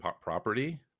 property